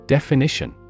Definition